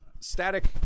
static